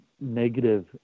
negative